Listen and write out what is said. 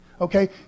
okay